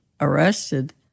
arrested